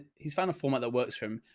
he's found a format that works for him.